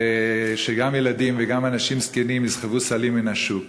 שגם ילדים וגם אנשים זקנים יסחבו סלים מן השוק.